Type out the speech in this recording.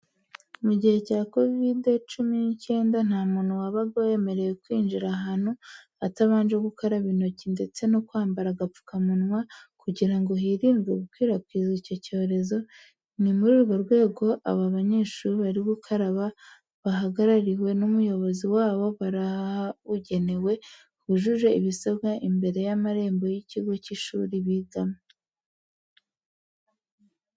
Mugihe cya covid cumi nicyenda ntamuntu wabaga wemerewe kwinjira ahantu atabanje gukaraba intoki ndetse no kwambara agapfuka munywa kugirango hirindwe gukwirakwiza icyo rezo nimuri urwo rwego aba banyeshuli bari gukaraba bahagarariwe n' umuyobozi wabo barahabugenewe hujuje ibisabwa imbere y'amarembo yikigo cy'ishuli bigamo.